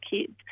kids